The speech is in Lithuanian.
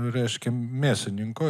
reiškia mėsininko